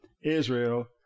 Israel